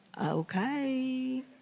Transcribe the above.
okay